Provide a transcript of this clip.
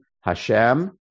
Hashem